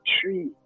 tree